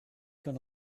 gone